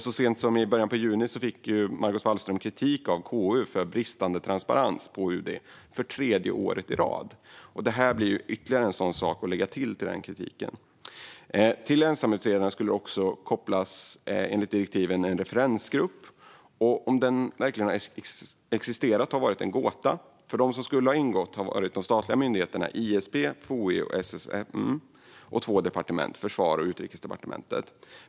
Så sent som i början av juni fick Margot Wallström kritik av KU för bristande transparens på UD - för tredje året i rad. Det här blir ytterligare en sak att lägga till den kritiken. Till ensamutredningen skulle det enligt direktiven kopplas en referensgrupp. Om den verkligen existerat har varit en gåta. De som ska ha ingått i den är de statliga myndigheterna ISP, FOI och SSM samt två departement, Försvars och Utrikesdepartementet.